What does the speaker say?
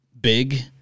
big